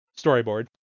storyboard